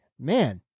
man